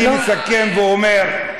אני מסכם ואומר.